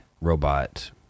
robot